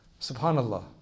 Subhanallah